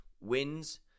wins